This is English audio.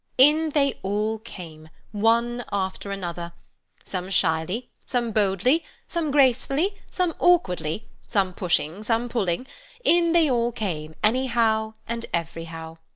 in they all came, one after another some shyly, some boldly, some gracefully, some awkwardly, some pushing, some pulling in they all came, anyhow and everyhow.